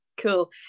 cool